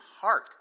heart